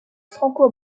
franco